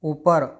ऊपर